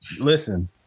listen